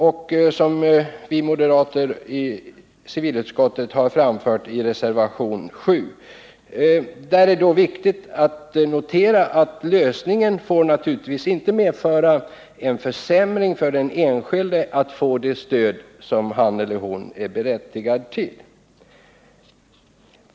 Det har vi moderater i civilutskottet framfört i reservationen 7. Det är viktigt att notera att lösningen naturligtvis inte får medföra försämrade möjligheter för den enskilde att få det stöd som han eller hon är berättigad till.